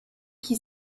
qui